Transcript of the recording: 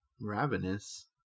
*Ravenous*